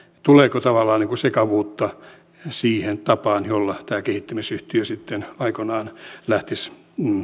tuleeko tavallaan sekavuutta siihen tapaan jolla tämä kehittämisyhtiö sitten aikoinaan lähtisi